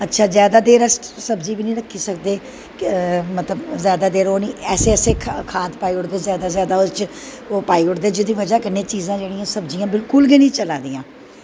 अच्छा जादा देर अस सब्जी बी नी रक्खी सकदे मतलव जादा देर ऐसे ऐसे खाध पाई ओड़दे जादा पाई ओड़दे जेह्दी बज़ा कन्नैं सब्जियां बिल्कुल बी नी चलादियां